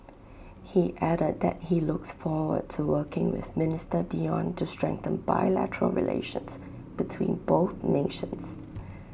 he added that he looks forward to working with minister Dion to strengthen bilateral relations between both nations